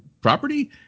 property